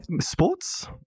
sports